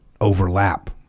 overlap